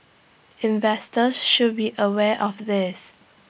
investors should be aware of this